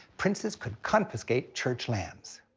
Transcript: princes could confiscate church lands.